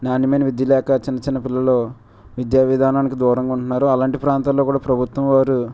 నాణ్యమైన విద్య లేక చిన్న చిన్న పిల్లలు విద్యా విధానానికి దూరంగా ఉంటున్నారు అలాంటి ప్రాంతంలో కూడా ప్రభుత్వం వారు